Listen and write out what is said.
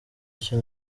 icyo